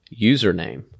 username